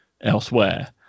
elsewhere